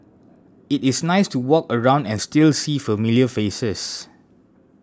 it is nice to walk around and still see familiar faces